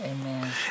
Amen